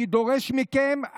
אני דורש מכם,